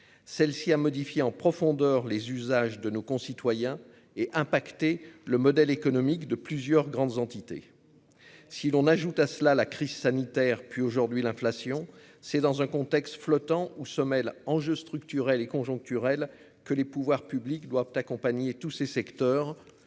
celle-ci a modifié en profondeur les usages de nos concitoyens et impacté le modèle économique de plusieurs grandes entités si l'on ajoute à cela la crise sanitaire, puis, aujourd'hui, l'inflation, c'est dans un contexte flottant où se mêlent enjeux structurels et conjoncturels que les pouvoirs publics doivent accompagner tous ces secteurs,